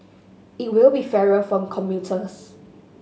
it will be fairer for commuters